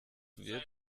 wird